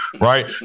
right